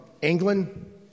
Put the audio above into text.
England